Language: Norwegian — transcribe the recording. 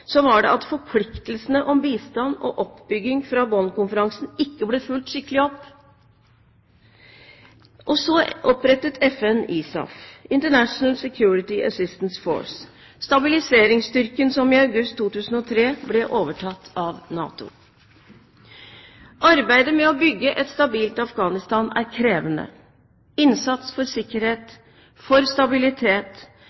at forpliktelsene om bistand og oppbygging fra Bonn-konferansen ikke ble fulgt skikkelig opp. Så opprettet FN ISAF, International Security Assistance Force, stabiliseringsstyrken som i august 2003 ble overtatt av NATO. Arbeidet med å bygge et stabilt Afghanistan er krevende. Innsats for